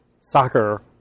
soccer